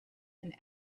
and